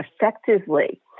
effectively